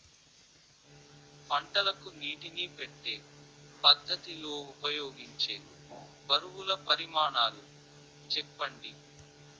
పంటలకు నీటినీ పెట్టే పద్ధతి లో ఉపయోగించే బరువుల పరిమాణాలు చెప్పండి?